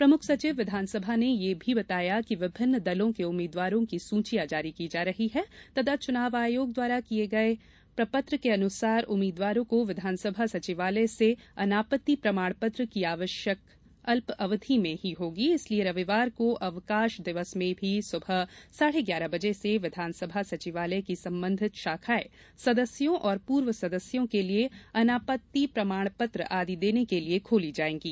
प्रमुख सचिव विधानसभा ने यह भी बताया कि विभिन्न दलों के उम्मीदवारों की सूचियां जारी की जा रही है तथा चुनाव आयोग द्वारा दिए गए प्रपत्र के अनुसार उम्मीदवारों को विधानसभा सचिवालय से अनापत्ति प्रमाण पत्र की आवश्यकता अल्प अवधि में ही होगी इसलिए रविवार को अवकाश दिवस में भी सुबह साढे ग्यारह बजे से विधानसभा सचिवालय की संबंधित शाखाए सदस्यों और पूर्व सदस्यों के लिए अनापत्ति प्रमाण पत्र आदि देने के लिए खोली जाएंगी